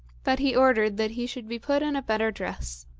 but he ordered that he should be put in a better dress